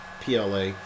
PLA